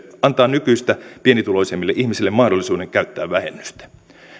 antaa nykyistä pienituloisemmille ihmisille mahdollisuuden käyttää vähennystä